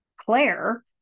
claire